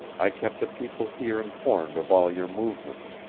i kept the people here informed of all your movements.